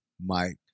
Mike